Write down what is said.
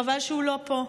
חבל שהוא לא פה.